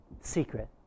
Secret